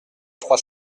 trois